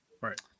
Right